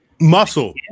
Muscle